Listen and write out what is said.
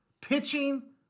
Pitching